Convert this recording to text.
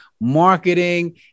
marketing